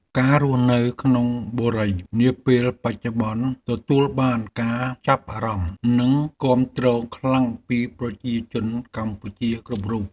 ការរស់នៅក្នុងបុរីនាពេលបច្ចុប្បន្នទទួលបានការចាប់អារម្មណ៍និងគាំទ្រខ្លាំងពីប្រជាជនកម្ពុជាគ្រប់រូប។